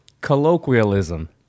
Colloquialism